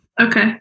Okay